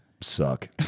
suck